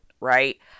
right